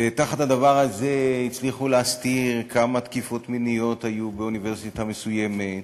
ותחת הדבר הזה הצליחו להסתיר כמה תקיפות מיניות היו באוניברסיטה מסוימת,